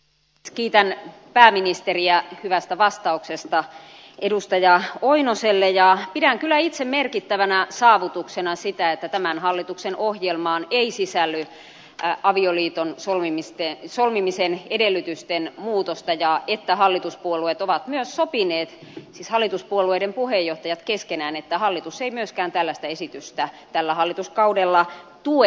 kiitän pääministeriä hyvästä vastauksesta edustaja oinoselle ja pidän kyllä itse merkittävänä saavutuksena sitä että tämän hallituksen ohjelmaan ei sisälly avioliiton solmimisen edellytysten muutosta ja että hallituspuolueet ovat myös sopineet siis hallituspuolueiden puheenjohtajat keskenään että hallitus ei myöskään tällaista esitystä tällä hallituskaudella tue